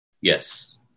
Yes